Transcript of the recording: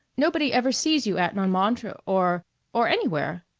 nobody ever sees you at montmartre or or anywhere.